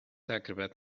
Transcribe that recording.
acrobat